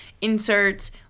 inserts